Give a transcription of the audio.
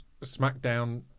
Smackdown